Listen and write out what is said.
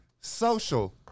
social